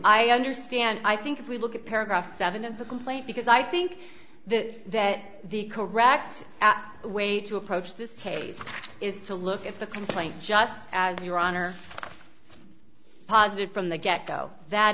i understand i think if we look at paragraph seven of the complaint because i think that the correct way to approach this case is to look at the complaint just as your honor positive from the get go that